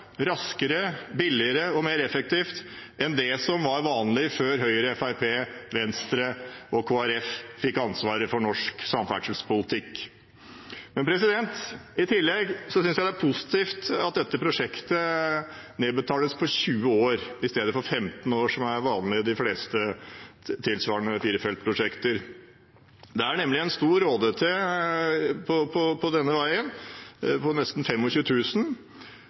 raskere, billigere og mer effektivt enn det som var vanlig før Høyre, Fremskrittspartiet, Venstre og Kristelig Folkeparti fikk ansvaret for norsk samferdselspolitikk. I tillegg synes jeg det er positivt at dette prosjektet nedbetales på 20 år i stedet for 15 år, som er vanlig ved de fleste tilsvarende firefeltsprosjekter. Det er nemlig en stor ÅDT på denne veien, nesten